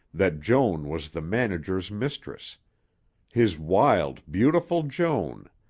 that joan was the manager's mistress his wild, beautiful joan,